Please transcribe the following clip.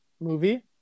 movie